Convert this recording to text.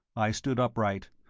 i stood upright,